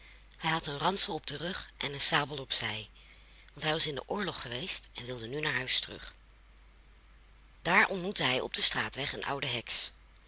hij had een ransel op den rug en een sabel op zij want hij was in den oorlog geweest en wilde nu naar huis terug daar ontmoette hij op den straatweg een oude heks